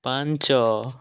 ପାଞ୍ଚ